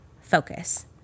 focus